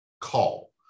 call